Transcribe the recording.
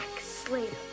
Slater